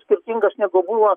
skirtingas negu buvo